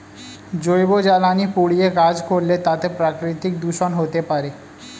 জৈব জ্বালানি পুড়িয়ে কাজ করলে তাতে প্রাকৃতিক দূষন হতে পারে